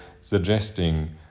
suggesting